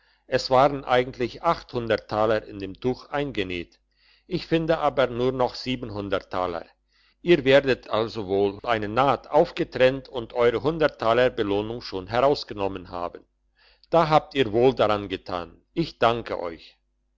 es waren eigentlich taler in dem tuch eingenäht ich finde aber nur noch taler ihr werdet also wohl eine naht aufgetrennt und eure taler belohnung schon herausgenommen haben da habt ihr wohl daran getan ich danke euch